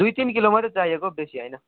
दुई तिन किलो मात्रै चाहिएको बेसी होइन